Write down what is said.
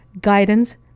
guidance